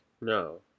No